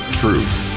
truth